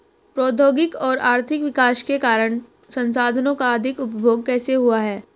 प्रौद्योगिक और आर्थिक विकास के कारण संसाधानों का अधिक उपभोग कैसे हुआ है?